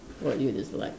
what you dislike